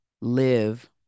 live